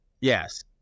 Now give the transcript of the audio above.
yes